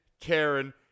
Karen